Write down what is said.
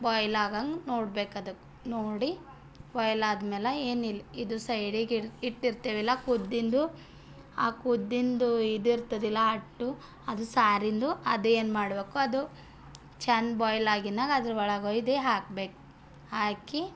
boil ಆಗಂಗೆ ನೋಡಬೇಕು ಅದಕ್ಕೆ ನೋಡಿ ಬಾಯಿಲ್ ಆದ್ಮೇಲೆ ಏನಿಲ್ಲ ಇದು ಸೈಡಿಗೆ ಇಟ್ಟ ಇಟ್ಟಿರ್ತೇವೆ ಇಲ್ಲ ಕುದ್ದಿಂದ್ದು ಆ ಕುದ್ದಿಂದ್ದು ಇದು ಇರ್ತದಲ್ಲ ಅಟ್ಟು ಅದು ಸಾರಿಂದು ಅದು ಏನು ಮಾಡಬೇಕು ಅದು ಚೆಂದ ಬಾಯಿಲ್ ಆಗಿನಾಗ ಅದರೊಳಗೆ ಒಯ್ದು ಹಾಕಬೇಕು ಹಾಕಿ